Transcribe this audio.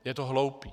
Je to hloupý.